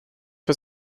für